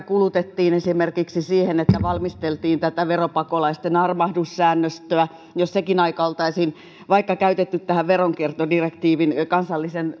kulutettiin esimerkiksi siihen että valmisteltiin tätä veropakolaisten armahdussäännöstöä oltaisiin käytetty vaikka tähän veronkiertodirektiivin kansallisen